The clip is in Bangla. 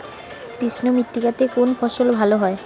কৃষ্ণ মৃত্তিকা তে কোন ফসল ভালো হয়?